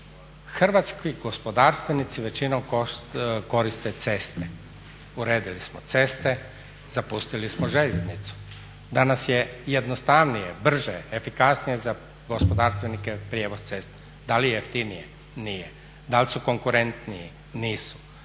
hrvatski gospodarstvenici većinom koriste ceste, uredili smo ceste, zapustili smo željeznicu. Danas je jednostavnije, brže, efikasnije za gospodarstvenike prijevoz ceste. Da li je jeftinije? Nije. Da li su konkurentniji? Nisu.